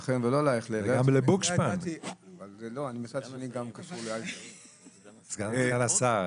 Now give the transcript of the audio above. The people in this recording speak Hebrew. אמרתי דבר אחד: השרים